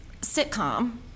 sitcom